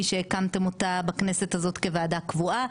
שהקמתם אותה בכנסת הזאת כוועדה קבועה.